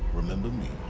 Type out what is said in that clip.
remember me?